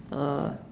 uh